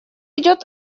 идет